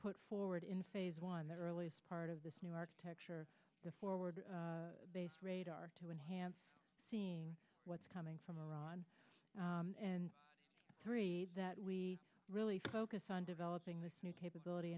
put forward in phase one the earliest part of this new architecture the forward based radar to enhance seeing what's coming from iran and three that we really focus on developing this new capability